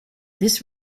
this